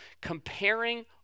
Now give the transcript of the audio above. Comparing